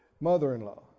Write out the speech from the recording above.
mother-in-law